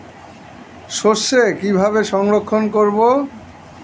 সরষে কিভাবে সংরক্ষণ করব?